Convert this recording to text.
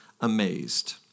amazed